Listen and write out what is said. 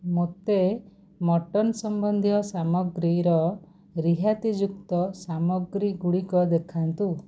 ମୋତେ ମଟନ୍ ସମ୍ବନ୍ଧୀୟ ସାମଗ୍ରୀର ରିହାତିଯୁକ୍ତ ସାମଗ୍ରୀଗୁଡ଼ିକ ଦେଖାନ୍ତୁ